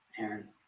Aaron